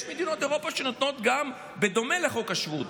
יש מדינות באירופה שנותנות בדומה לחוק השבות: